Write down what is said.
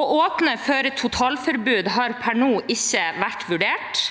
Å åpne for totalforbud har per nå ikke vært vurdert,